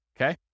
okay